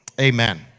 Amen